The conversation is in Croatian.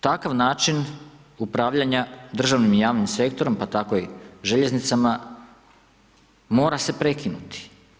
Takav način upravlja državnim i javnim sektorom, pa tako i željeznicama mora se prekinuti.